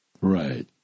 Right